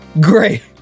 Great